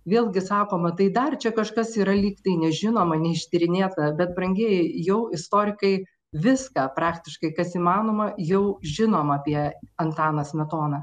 vėlgi sakoma tai dar čia kažkas yra lygtai nežinoma neištyrinėta bet brangieji jau istorikai viską praktiškai kas įmanoma jau žinom apie antaną smetoną